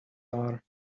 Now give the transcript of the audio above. are